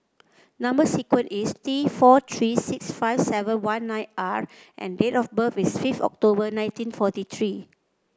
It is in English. number sequence is T four three six five seven one nine R and date of birth is fifth October nineteen forty three